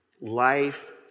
Life